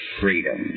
freedom